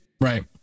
right